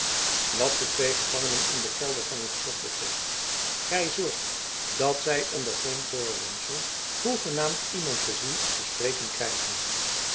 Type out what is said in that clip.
wat de twee gevangenen in den kelder van het slot betreft gij zorgt dat zij onder geen voorwendsel hoegenaamd iemand te zien of te spreken krijgen